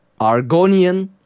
argonian